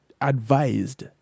advised